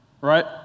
right